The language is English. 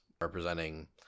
representing